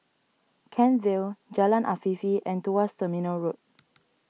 Kent Vale Jalan Afifi and Tuas Terminal Road